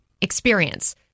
experience